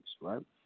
right